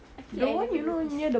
I feel like I never see